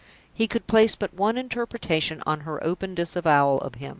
he could place but one interpretation on her open disavowal of him,